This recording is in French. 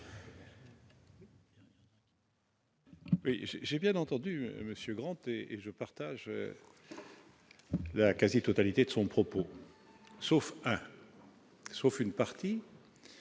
j'ai bien entendu Monsieur Grant et je partage la quasi-totalité de son propos, sauf, sauf une partie.